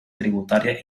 tributaria